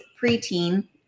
preteen